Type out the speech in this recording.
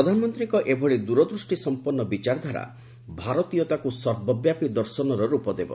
ପ୍ରଧାନମନ୍ତୀଙ୍କ ଏଭଳି ଦୂରଦୃଷ୍ଟି ସମ୍ମନ୍ନ ବିଚାରଧାରା ଭାରତୀୟତାକୁ ସର୍ବବ୍ୟାପୀ ଦର୍ଶନର ର୍ପ ଦେବ